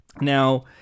Now